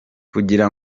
kugira